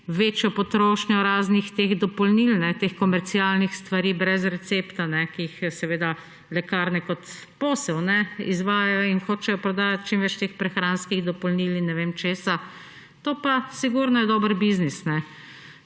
večjo potrošnjo raznih teh dopolnilnih, teh komercialnih stvari brez recepta, ki jih lekarne kot posel izvajajo in hočejo prodajati čim več teh prehranskih dopolnil in ne vem česa. To pa sigurno je dober biznis.